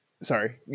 Sorry